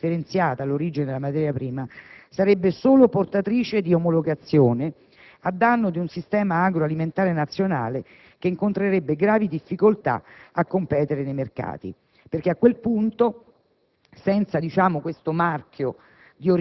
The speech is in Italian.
Una globalizzazione che conducesse a rendere indifferenziata l'origine della materia prima sarebbe solo portatrice di omologazione, a danno di un sistema agroalimentare nazionale che incontrerebbe gravi difficoltà a competere nei mercati. A quel punto,